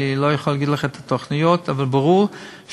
אני לא יכול להגיד לך את התוכניות, אבל ברור שזה